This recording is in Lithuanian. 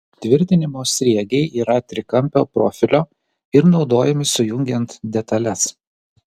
tvirtinimo sriegiai yra trikampio profilio ir naudojami sujungiant detales